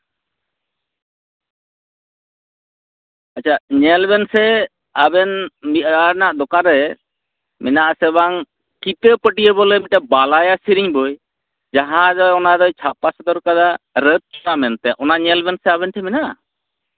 ᱟᱪᱪᱷᱟ ᱧᱮᱞ ᱵᱮᱱ ᱥᱮ ᱟᱵᱮᱱ ᱢᱤᱫ ᱟᱲᱟ ᱨᱮᱱᱟᱜ ᱫᱮᱠᱟᱱ ᱨᱮ ᱢᱮᱱᱟᱜ ᱟᱥᱮ ᱵᱟᱝ ᱠᱤᱛᱟᱹ ᱯᱟᱹᱴᱭᱟᱹ ᱵᱚᱞᱮ ᱢᱤᱫᱴᱮᱡ ᱵᱟᱞᱟᱭ ᱥᱮᱨᱮᱧ ᱵᱳᱭ ᱡᱟᱦᱟᱸ ᱫᱚ ᱚᱱᱟ ᱫᱚᱭ ᱪᱷᱟᱯᱟ ᱥᱚᱫᱚᱨᱟᱠᱟᱫᱟ ᱨᱟᱹᱛ ᱪᱚᱨᱟ ᱢᱮᱱᱛᱮ ᱚᱱᱟ ᱧᱮᱞ ᱵᱮᱱ ᱥᱮ ᱟᱵᱮᱱ ᱴᱷᱮᱱ ᱢᱮᱱᱟᱜᱼᱟ